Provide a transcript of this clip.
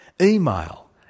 Email